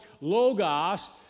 Logos